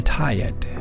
tired